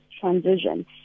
transition